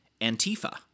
Antifa—